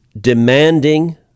demanding